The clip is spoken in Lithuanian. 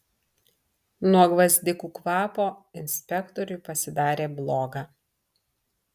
nuo gvazdikų kvapo inspektoriui pasidarė bloga